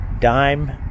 Dime